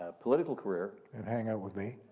ah political career and hang out with me.